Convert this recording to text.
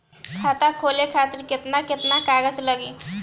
खाता खोले खातिर केतना केतना कागज लागी?